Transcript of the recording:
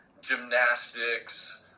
gymnastics